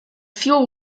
fuel